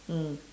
mm